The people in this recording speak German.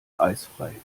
eisfrei